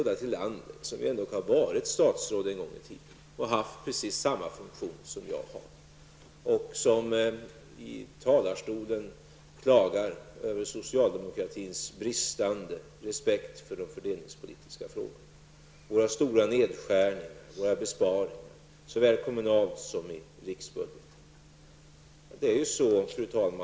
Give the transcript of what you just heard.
Ulla Tillander har ändå varit statsråd en gång i tiden och haft precis samma funktion som jag har. Hon talar om socialdemokratiernas brist på respekt för de fördelningspolitiska frågorna, om våra stora nedskärningar och besparingar, såväl i kommunerna som i riksbudgeten.